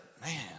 Man